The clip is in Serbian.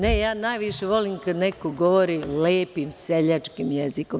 Ne, ja najviše volim kad neko govori lepim seljačkim jezikom.